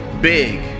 big